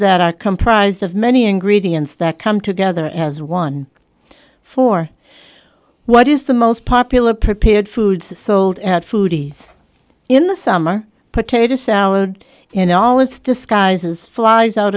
that are comprised of many ingredients that come together as one for what is the most popular prepared foods sold at foodies in the summer potato salad in all its disguises flies out